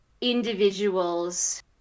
individuals